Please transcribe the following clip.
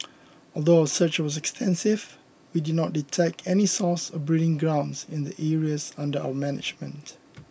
although our search was extensive we did not detect any source or breeding grounds in the areas under our management